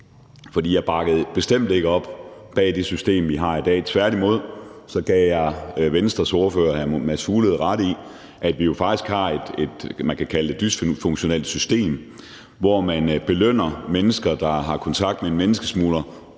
for jeg bakkede bestemt ikke op om det system, vi har i dag. Tværtimod gav jeg Venstres ordfører, hr. Mads Fuglede, ret i, at vi faktisk har, man kan kalde det et dysfunktionelt system, hvor man belønner mennesker, der har kontakt med en menneskesmugler